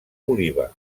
oliva